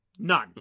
None